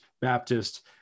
Baptist